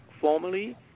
formally